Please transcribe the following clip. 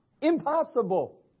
Impossible